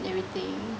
and everything